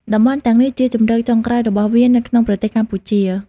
តំបន់ទាំងនេះជាជម្រកចុងក្រោយរបស់វានៅក្នុងប្រទេសកម្ពុជា។